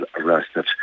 arrested